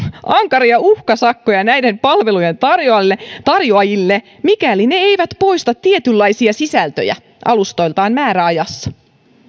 ankaria uhkasakkoja näiden palvelujen tarjoajille tarjoajille mikäli ne eivät poista tietynlaisia sisältöjä alustoiltaan määräajassa